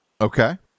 Okay